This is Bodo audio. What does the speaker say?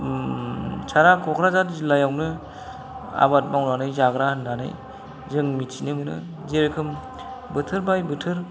सारा क'क्राझार जिल्लायावनो आबाद मावनानै जाग्रा होननानै जों मिथिनो मोनो जेरोखोम बोथोर बाय बोथोर